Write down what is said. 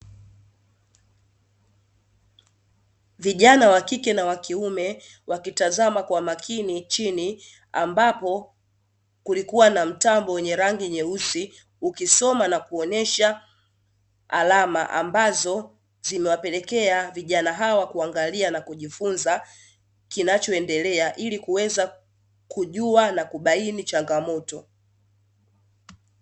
Vijana wa kike na wa kiume wakitazama kwa makini chini, ambapo kulikuwa na mtambo wenye rangi nyeusi; ukisoma na kuonesha alama ambazo zimewapelekea vijana hawa kuangalia na kujifunza kinachoendelea, ili kuweza kujua na kubaini changamoto.